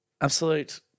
Absolute